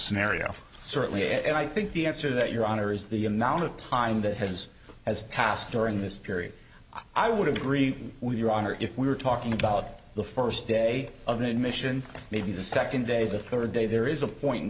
scenario certainly and i think the answer that your honor is the amount of time that has has passed during this period i would agree with your honor if we were talking about the first day of admission maybe the second day the third day there is a point in